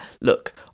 look